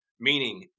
meaning